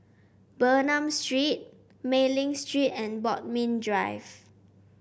Bernam Street Mei Ling Street and Bodmin Drive